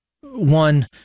One